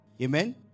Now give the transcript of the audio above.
Amen